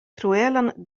kruelan